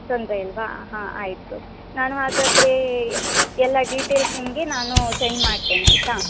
ತೊಂದರೆಯಿಲ್ವಾ ಹಾಂ ಆಯಿತು ನಾನು ಹಾಗಾದರೆ ಎಲ್ಲ ಡೀಟೇಲ್ಸ್ ನಿಮಗೆ ನಾನು ಸೆಂಡ್ ಮಾಡ್ತೇನೆ ಆಯಿತಾ